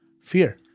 Fear